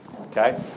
okay